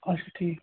اچھا ٹھیٖک